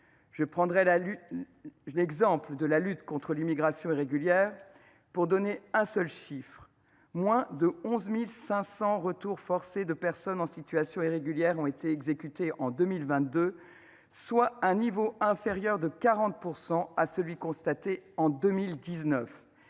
Je citerai l’exemple de la lutte contre l’immigration irrégulière. Pour donner un seul chiffre, moins de 11 500 retours forcés de personnes en situation irrégulière ont été exécutés en 2022, soit un niveau inférieur de 40 % à celui qui a été constaté en 2019,